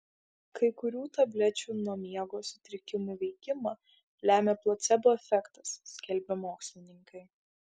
kai kurių tablečių nuo miego sutrikimų veikimą lemią placebo efektas skelbia mokslininkai